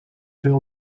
veel